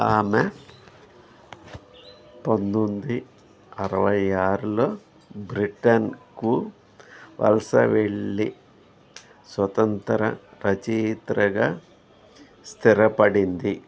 ఆమె పంతొమ్మిది అరవై ఆరులో బ్రిటన్కు వలస వెళ్ళి స్వతంత్ర రచయితగా స్థిరపడింది